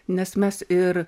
nes mes ir